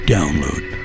Download